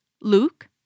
Luke